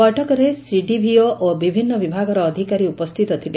ବୈଠକରେ ସିଡିଭିଓ ଓ ବିଭିନ୍ନ ବିଭାଗର ଅଧ୍କାରୀ ଉପସ୍ତିତ ଥିଲେ